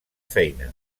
feina